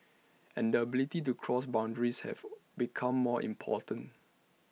and the ability to cross boundaries have become more important